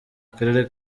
akarere